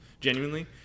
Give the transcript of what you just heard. genuinely